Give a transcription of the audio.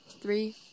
Three